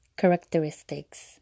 characteristics